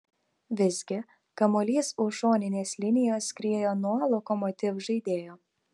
visgi kamuolys už šoninės linijos skriejo nuo lokomotiv žaidėjo